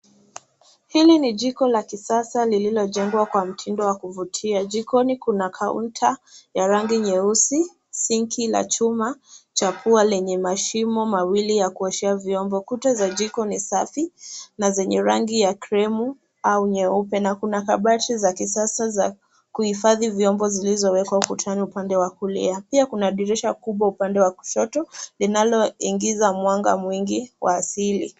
Hili ni jiko la kisasa lililojengwa kwa mtindo wa kuvutia. Jikoni kuna kaunta, ya rangi nyeusi, sinki na chuma cha pua lenye mashimo mawili ya kuoshea vyombo. Kuta za jiko ni safi, na zenye rangi ya krimu au nyeupe, na kuna kabati za kisasa za kuhifadhi vyombo zilizowekwa ukutani upande wa kulia. Pia kuna dirisha kubwa upande wa kushoto, linaloingiza mwanga mwingi, wa asili.